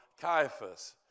Caiaphas